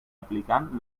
aplicant